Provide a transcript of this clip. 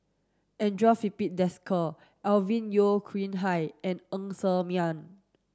Andre Filipe Desker Alvin Yeo Khirn Hai and Ng Ser Miang